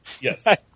Yes